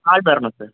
ஆள் வரணும் சார்